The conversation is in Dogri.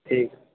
ठीक